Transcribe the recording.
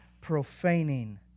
profaning